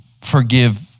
forgive